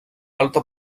alta